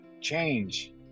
change